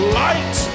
light